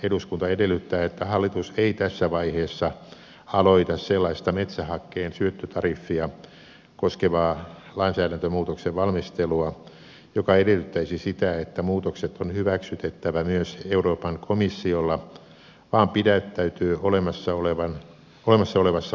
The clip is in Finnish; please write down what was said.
eduskunta edellyttää että hallitus ei tässä vaiheessa aloita sellaista metsähakkeen syöttötariffia koskevaa lainsäädäntömuutosten valmistelua joka edellyttäisi sitä että muutokset on hyväksytettävä myös euroopan komissiolla vaan pidättäytyy olemassa olevassa lainsäädännössä